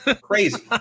Crazy